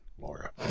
Laura